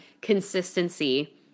consistency